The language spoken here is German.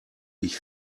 ich